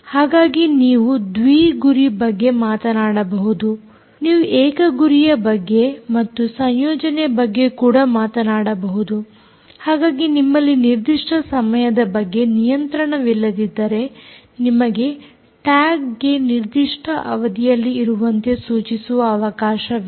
ಹಾಗಾಗಿ ನೀವು ದ್ವಿ ಗುರಿ ಬಗ್ಗೆ ಮಾತನಾಡಬಹುದು ನೀವು ಏಕ ಗುರಿಯ ಬಗ್ಗೆ ಮತ್ತು ಸಂಯೋಜನೆ ಬಗ್ಗೆ ಕೂಡ ಮಾತನಾಡಬಹುದು ಹಾಗಾಗಿ ನಿಮ್ಮಲ್ಲಿ ನಿರ್ದಿಷ್ಟ ಸಮಯದ ಬಗ್ಗೆ ನಿಯಂತ್ರಣವಿಲ್ಲದಿದ್ದರೆ ನಿಮಗೆ ಟ್ಯಾಗ್ ಗೆ ನಿರ್ದಿಷ್ಟ ಅವಧಿಯಲ್ಲಿ ಇರುವಂತೆ ಸೂಚಿಸುವ ಅವಕಾಶವಿದೆ